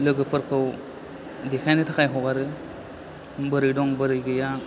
लोगोफोरखौ देखायनो थाखाय हगारो बोरै दं बोरै गैया